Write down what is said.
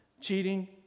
Cheating